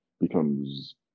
becomes